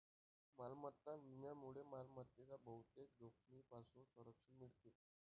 मालमत्ता विम्यामुळे मालमत्तेच्या बहुतेक जोखमींपासून संरक्षण मिळते